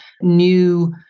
new